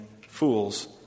fools